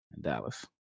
Dallas